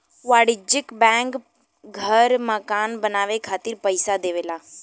वाणिज्यिक बैंक घर मकान बनाये खातिर पइसा देवला